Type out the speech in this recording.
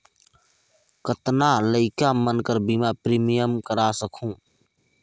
कतना लइका मन कर बीमा प्रीमियम करा सकहुं?